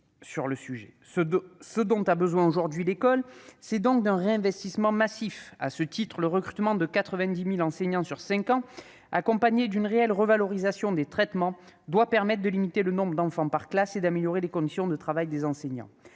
d'alerte. Ce dont a besoin aujourd'hui l'école, c'est donc d'un réinvestissement massif. À ce titre, le recrutement de 90 000 enseignants sur cinq ans, accompagné d'une réelle revalorisation des traitements, doit permettre de limiter le nombre d'enfants par classe et d'améliorer les conditions de travail des enseignants.